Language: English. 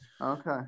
Okay